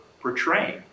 portraying